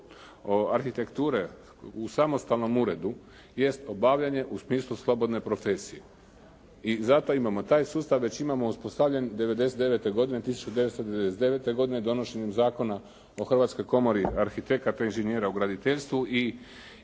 arhitekture u samostalnom ured je obavljanje u smislu slobodne profesije. I zato imamo taj sustav, već imamo uspostavljen '99. godine. 1999. godine donošenjem Zakon o Hrvatskoj komori arhitekata, inženjera u graditeljstvu i